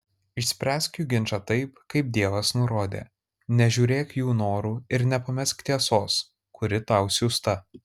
išspręsk jų ginčą taip kaip dievas nurodė nežiūrėk jų norų ir nepamesk tiesos kuri tau siųsta